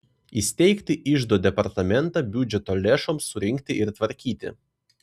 įsteigti iždo departamentą biudžeto lėšoms surinkti ir tvarkyti